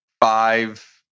five